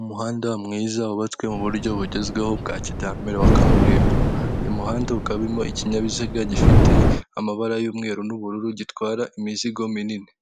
Umuhanda mwiza wubatswe mu buryo bugezweho bwa kijyambere wa kaburimbo. Uyu muhanda ukaba urimo ikinyabiziga gifite amabara y'umweru n'ubururu gitwara imizigo minini.